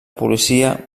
policia